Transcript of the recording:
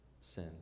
Sin